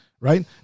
Right